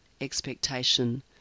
expectation